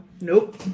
nope